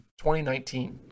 2019